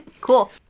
Cool